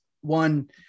One